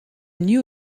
new